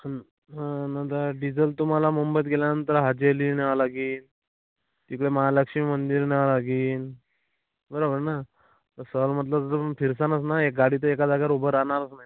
हं नंतर डिझेल तुम्हाला मुंबईत गेल्यानंतर हाजी अली न्यावं लागी तिकडे महालक्ष्मी मंदिर न्यावं लागिन बरोबर ना तर सहल म्हटलं तर तुम्ही फिरसालच न हे गाडी तर एका जागेवर उभं राहणारच नाही ना